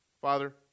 Father